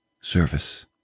service